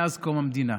מאז קום המדינה.